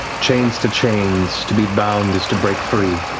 chains to chains to be bound is to break free.